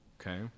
okay